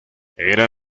era